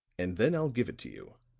and then i'll give it to you,